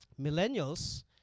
millennials